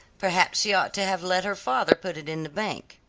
perhaps she ought to have let her father put it in the bank.